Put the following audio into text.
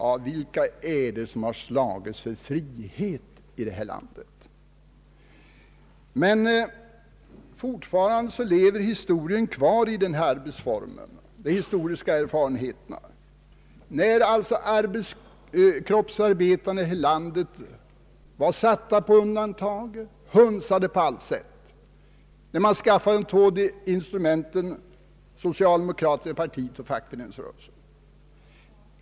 Men vilka är det som slagits för friheten i det här landet? De historiska erfarenheterna lever kvar i denna form från den tid då kroppsarbetarna här i landet var satta på undantag och hunsade på allt sätt. Det var då man skaffade de två instrumenten: socialdemokratiska partiet och fackföreningsrörelsen.